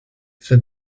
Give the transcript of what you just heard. for